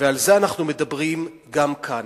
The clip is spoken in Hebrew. ועל זה אני מדבר גם כן.